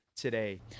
today